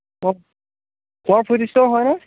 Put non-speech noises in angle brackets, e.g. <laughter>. অ' <unintelligible> হয়নে